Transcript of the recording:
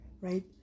right